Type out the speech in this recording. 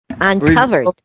uncovered